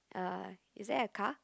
uh is there a car